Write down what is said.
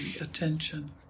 attention